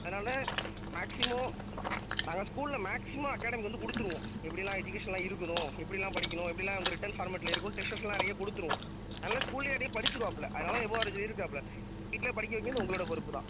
அதனால் மேக்சிமோம் நம்ம ஸ்கூலில் மேக்சிமோம் அகாடமி வந்து கொடுத்துடுவோம் எப்படினா எஜிகேஷன்லாம் இருக்கணும் எப்படிலாம் படிக்கணும் எப்படிலாம் வந்து ரிட்டன் பார்மட்டில் இருக்குன்னு டேஷஸ்லாம் நிறைய கொடுத்துடுவோம் அதுலாம் ஸ்கூல்ல ஏற்கனவே படிச்சிடுவாப்பில அதனால் எபோ ஆவரேஜில் இருக்காப்பில வீட்லையே படிக்க வைக்கிறது உங்களோட பொறுப்பு தான்